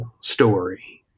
story